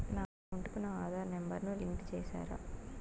నా అకౌంట్ కు నా ఆధార్ నెంబర్ ను లింకు చేసారా